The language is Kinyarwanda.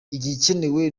igikenewe